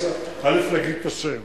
להגיד את השם